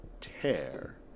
tear